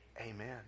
Amen